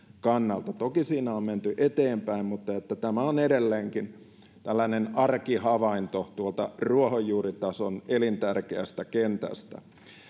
kannalta toki asiassa on menty eteenpäin mutta tämä on edelleenkin tällainen arkihavainto tuolta ruohonjuuritason elintärkeästä kentästä